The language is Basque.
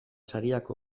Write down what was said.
sariak